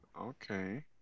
okay